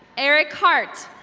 erick heart.